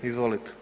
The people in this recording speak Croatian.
Izvolite.